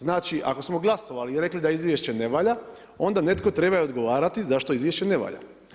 Znači, ako smo glasovali i rekli, da izvješće ne valja, onda netko treba odgovarati zašto izvješće ne valja.